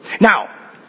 Now